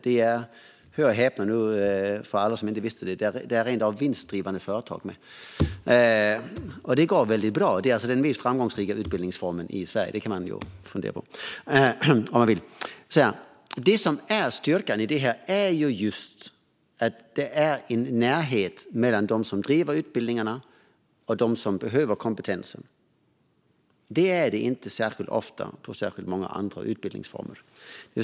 Det är rent av - hör och häpna nu, alla som inte visste det - vinstdrivande företag, och det går väldigt bra. Det är den mest framgångsrika utbildningsformen i Sverige. Det kan man ju fundera på om man vill. Det som är styrkan i detta är just att det finns en närhet mellan dem som driver utbildningarna och dem som behöver kompetensen. Det gör det inte särskilt ofta inom många andra utbildningsformer.